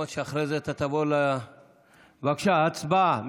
בבקשה, הצבעה.